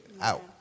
Out